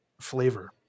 flavor